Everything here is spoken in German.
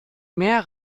mehr